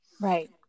Right